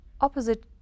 Opposite